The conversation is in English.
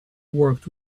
worked